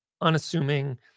unassuming